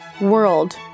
world